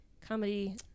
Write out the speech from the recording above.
Comedy